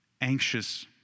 anxious